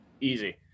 Easy